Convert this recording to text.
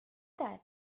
that